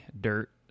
Dirt